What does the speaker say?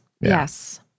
Yes